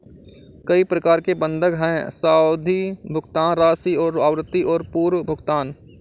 कई प्रकार के बंधक हैं, सावधि, भुगतान राशि और आवृत्ति और पूर्व भुगतान